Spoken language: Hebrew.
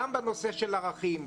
גם בנושא של ערכים,